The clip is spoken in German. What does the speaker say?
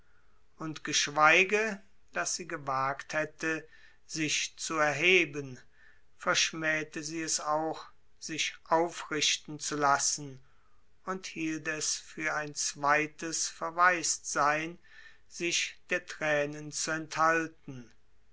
und geschweige daß sie gewagt hätte sich zu erheben verschmähte sie es auch sich aufrichten zu lassen und hielt es für ein zweites verwaistsein sich der thränen zu enthalten